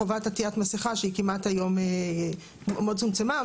עטיית מסכה שהיום מאוד צומצמה.